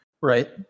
Right